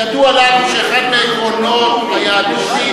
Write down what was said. ידוע לנו שאחד מעקרונות היהדות הוא